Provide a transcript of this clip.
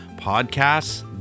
Podcasts